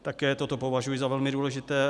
Také toto považuji za velmi důležité.